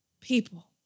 People